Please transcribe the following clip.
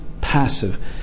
passive